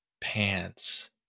pants